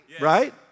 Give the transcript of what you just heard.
right